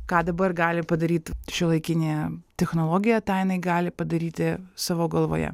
ką dabar gali padaryt šiuolaikinė technologija tą jinai gali padaryti savo galvoje